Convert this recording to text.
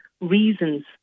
reasons